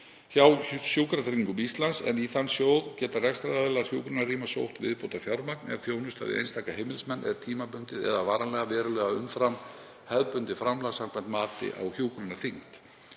hjá Sjúkratryggingum Íslands, en í þann sjóð geta rekstraraðilar hjúkrunarrýma sótt viðbótarfjármagn ef þjónusta við einstaka heimilismenn er tímabundið eða varanlega verulega umfram hefðbundið framlag samkvæmt mati á hjúkrunarþyngd.